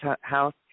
house